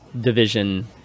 division